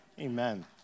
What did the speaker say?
Amen